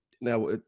now